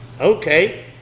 Okay